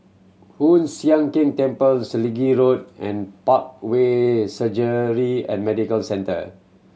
Hoon Sian Keng Temple Selegie Road and Parkway Surgery and Medical Centre